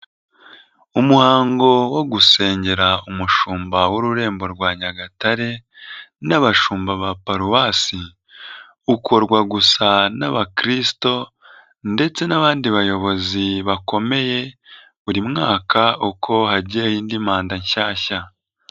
Umuhango wo gusengera umushumba w'Ururembo rwa Nyagatare n'abashumba ba paruwasi, ukorwa gusa n'Abakristu ndetse n'abandi bayobozi bakomeye, buri mwaka uko hagiyeho indi manda nshyashya.